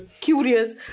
curious